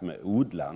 med odlarna.